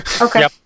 Okay